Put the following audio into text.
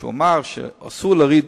שאמר שאסור להוריד,